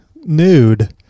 Nude